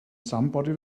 somebody